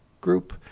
group